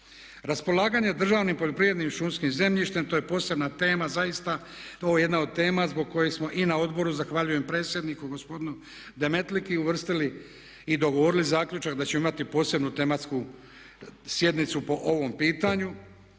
Raspolaganje državnim poljoprivrednim i šumskim zemljištem, to je posebna tema zaista, ovo je jedna od tema zbog koje smo i na odboru, zahvaljujem predsjedniku gospodinu Demetliki uvrstili i dogovorili zaključak da ćemo imati posebnu tematsku sjednicu po ovom pitanju.